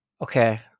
okay